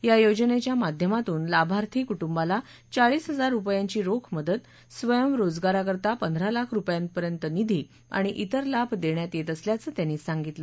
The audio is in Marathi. या योजनेच्या माध्यमातून लाभार्थी कुटुंबाला चाळीस हजार रुपयांची रोख मदत स्वयंरोजगाराकरता पंधरा लाख रुपयांपर्यंत निधी आणि इतर लाभ देण्यात येत असल्याचं त्यांनी सांगितलं